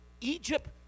Egypt